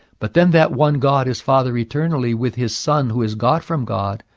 but then that one god is father eternally with his son, who is god from god,